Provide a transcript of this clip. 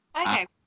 Okay